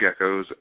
geckos